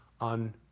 on